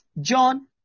John